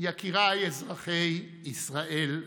יקיריי אזרחי ישראל כולם,